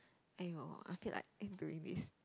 !aiyo! I feel like angry with